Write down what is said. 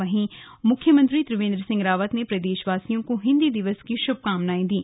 वहीं और मुख्यमंत्री त्रिवेन्द्र सिंह रावत ने प्रदेशवासियों को हिन्दी दिवस की शुभकामनाएं दी हैं